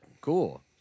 cool